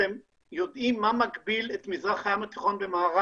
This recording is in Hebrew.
אתם יודעים מה מגביל את מזרח הים התיכון במערב?